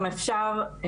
אם אפשר,